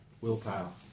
Willpower